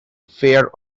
fear